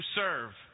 serve